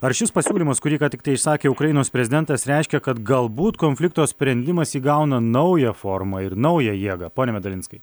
ar šis pasiūlymas kurį ką tiktai išsakė ukrainos prezidentas reiškia kad galbūt konflikto sprendimas įgauna naują formą ir naują jėgą pone medalinskai